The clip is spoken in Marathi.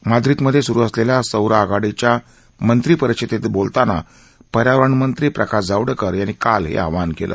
माद्रिदमध्ये सुरू असलेल्या सौर आघाडीच्या मंत्री परिषदेत बोलतांना पर्यावरण मंत्री प्रकाश जावडेकर यांनी काल हे आवाहन केलं